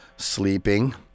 Sleeping